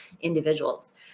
individuals